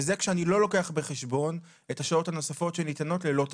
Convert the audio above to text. וזה כשאני לא לוקח בחשבון את השעות הנוספות שניתנות ללא תשלום.